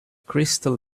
crystal